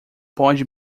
pode